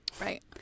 Right